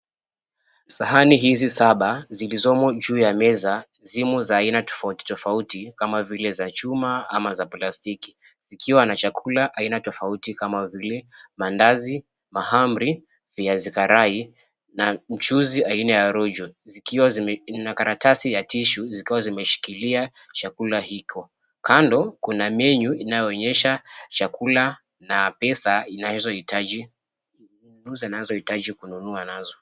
Sahani hizi saba zilizomo juu ya meza zimo za aina tofauti tofauti kama vile za chuma ama za plastiki, zikiwa na chakula aina tofauti kama vile maandazi, mahamri, viazi karai na mchuzi aina ya rojo zikiwa na karatasi ya tishu zikiwa zimeshikilia chakula hiko. Kando kuna menyu inayoonyesha chakula na pesa mnunuzi anazohitaji kununua nazo.